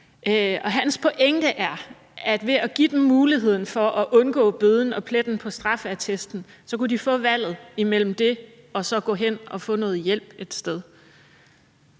Hans pointe er, at ved at give dem muligheden for at undgå bøden og pletten på straffeattesten får de valget mellem det og at gå hen og få noget hjælp et sted.